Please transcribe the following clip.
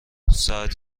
ساعت